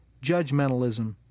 judgmentalism